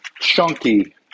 chunky